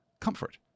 comfort